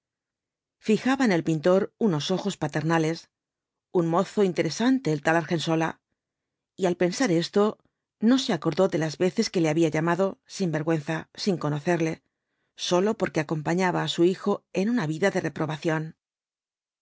fijaba en el pintor unos ojos paternales un mozo interesante el tal argensola y al pensar esto no se acordó de las veces que le había llamado sinvergüenza sin conocerle sólo porque acompañaba á su hijo en una vida de reprobación